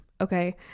okay